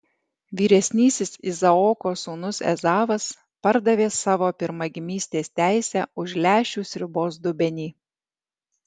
vyresnysis izaoko sūnus ezavas pardavė savo pirmagimystės teisę už lęšių sriubos dubenį